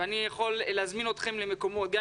- ואני יכול להזמין אתכם למקומות שונים